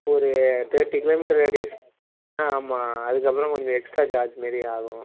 ஒரு thirty kilo metre radius ஆ ஆமாம் அதுக்கப்புறம் கொஞ்சம் எக்ஸ்ட்ரா சார்ஜ் மாரி ஆகும்